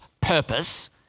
purpose